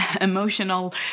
emotional